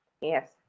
yes